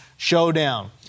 showdown